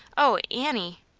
oh, annie!